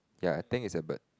ya I think it's a bird